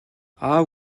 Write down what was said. аав